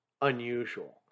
unusual